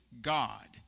God